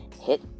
hit